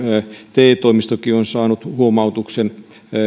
te toimistokin on saanut huomautuksen